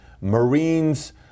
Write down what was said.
Marines